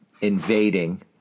invading